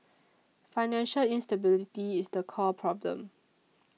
financial instability is the core problem